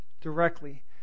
directly